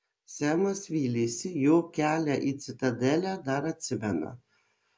semas vylėsi jog kelią į citadelę dar atsimena